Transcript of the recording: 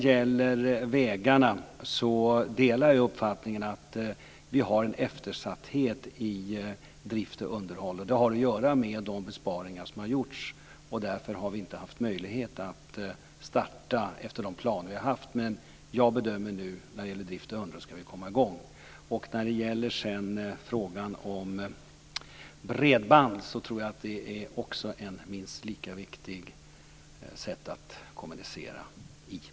Jag delar uppfattningen att vi har en eftersatthet i drift och underhåll av vägarna. Det har att göra med de besparingar som har gjorts, och därför har vi inte haft möjlighet att starta efter de planer vi har haft. Men jag bedömer nu, när det gäller drift och underhåll, att vi ska komma i gång. När det sedan gäller frågan om bredband tror jag att det är ett minst lika viktigt sätt att kommunicera på.